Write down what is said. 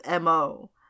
mo